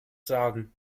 sagen